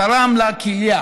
תרם לה כליה.